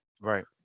Right